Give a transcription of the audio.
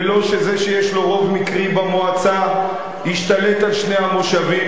ולא שזה שיש לו רוב מקרי במועצה ישתלט על שני המושבים,